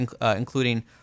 including